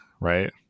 right